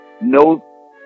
No